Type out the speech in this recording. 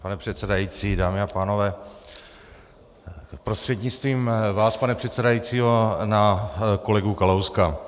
Pane předsedající, dámy a pánové, prostřednictvím vás, pane předsedající, na kolegu Kalouska.